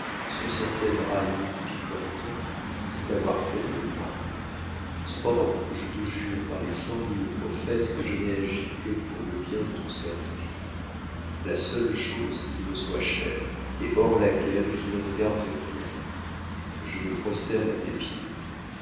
sur certaines railleries piquantes qu'il dit avoir faites de moi cependant je te jure par les cent mille prophètes que je n'ai agi que pour le bien de ton service la seule chose qui me soit chère et hors laquelle je ne regarde rien je me prosterne à tes pieds